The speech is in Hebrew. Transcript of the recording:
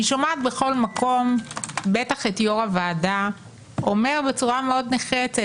אני שומעת בכל מקום בטח את יו"ר הוועדה אומר נחרצות: